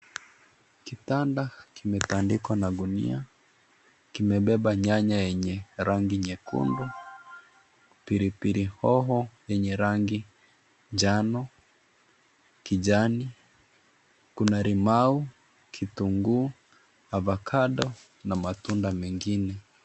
Kitanda kimetandikwa na gunia kimebeba nyanya yenye rangi nyekundu, pilipili hoho yenye rangi ya njano, kijani kuna limau, kitunguu avokado na matunda mengine.